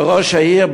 וראש העיר,